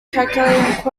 calculated